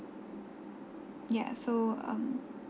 yeah so um